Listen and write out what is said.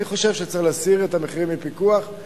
אני חושב שצריך להסיר את הפיקוח על המחירים.